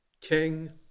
king